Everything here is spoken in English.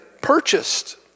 purchased